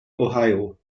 ohio